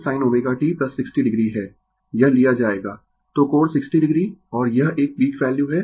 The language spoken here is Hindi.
यह लिया जाएगा तो कोण 60 o और यह एक पीक वैल्यू है